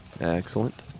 Excellent